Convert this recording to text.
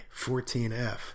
14F